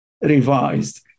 revised